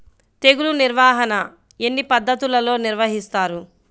తెగులు నిర్వాహణ ఎన్ని పద్ధతులలో నిర్వహిస్తారు?